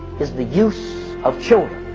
is the use of children